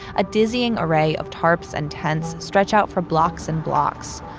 a dizzying array of tarps and tents stretch out for blocks and blocks.